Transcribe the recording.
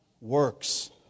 works